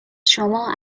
شما